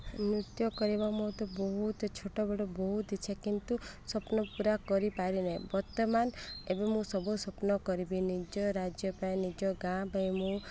ନୃତ୍ୟ କରିବା ମୋତେ ବହୁତ ଛୋଟ ବେଳୁ ବହୁତ ଇଚ୍ଛା କିନ୍ତୁ ସ୍ୱପ୍ନ ପୁରା କରିପାରି ନାହିଁ ବର୍ତ୍ତମାନ ଏବେ ମୁଁ ସବୁ ସ୍ୱପ୍ନ କରିବି ନିଜ ରାଜ୍ୟ ପାଇଁ ନିଜ ଗାଁ ପାଇଁ ମୁଁ